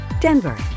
Denver